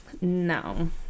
No